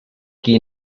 qui